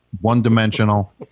One-dimensional